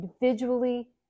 individually